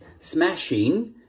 smashing